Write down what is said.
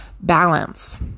balance